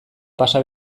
pasa